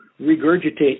regurgitate